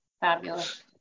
Fabulous